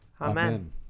Amen